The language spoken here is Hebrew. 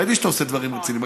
ראיתי שאתה עושה דברים רציניים,